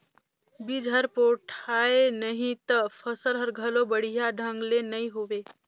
बिज हर पोठाय नही त फसल हर घलो बड़िया ढंग ले नइ होवे